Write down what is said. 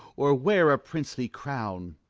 or wear a princely crown.